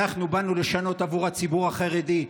אנחנו באנו לשנות עבור הציבור החרדי,